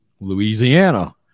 Louisiana